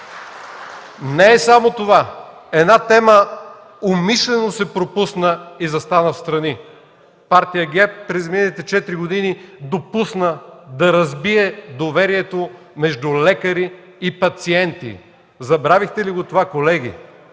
Не е само това – една тема умишлено се пропусна и остана встрани. Партия ГЕРБ през изминалите четири години допусна да разбие доверието между лекари и пациенти. Забравихте ли това, колеги?